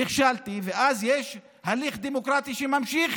נכשלתי, ואז יש הליך דמוקרטי שנמשך.